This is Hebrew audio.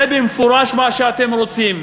זה במפורש מה שאתם רוצים.